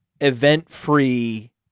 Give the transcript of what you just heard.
event-free